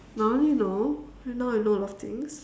now you know you know I know a lot of things